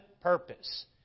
purpose